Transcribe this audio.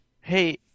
Hey